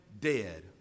dead